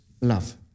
love